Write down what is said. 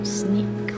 sneak